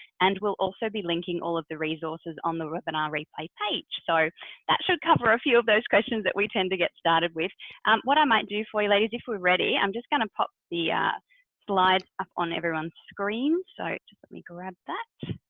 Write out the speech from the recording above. and we'll also be linking all of the resources on the webinar replay page. so that should cover a few of those questions that we tend to get started with what i might do for you ladies, if we're ready, i'm just going to pop the ah slides up on everyone's screen. so let me grab that.